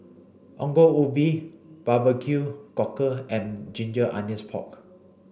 Ongol Ubi Barbecue cockle and ginger onions pork